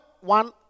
one